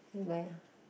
at where ah